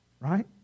Right